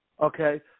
Okay